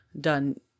done